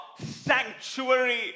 sanctuary